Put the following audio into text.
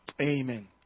Amen